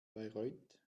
bayreuth